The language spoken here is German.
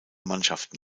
mannschaften